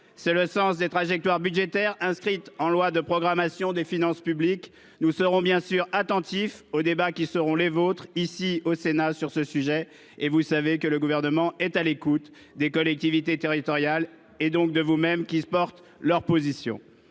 C'est le sens des trajectoires budgétaires inscrites en loi de programmation des finances publiques. Nous serons bien sûr attentifs aux débats qui se dérouleront ici, au Sénat, sur le sujet. Vous savez que le Gouvernement est à l'écoute des collectivités territoriales, donc de vous-mêmes, mesdames, messieurs